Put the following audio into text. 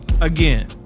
Again